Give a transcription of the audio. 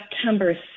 September